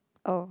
oh